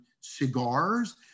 cigars